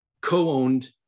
co-owned